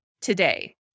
today